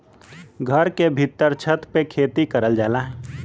घर के भीत्तर छत पे खेती करल जाला